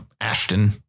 Ashton